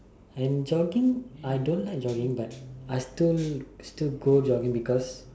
and jogging I don't like jogging but I still still go jogging because